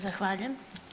Zahvaljujem.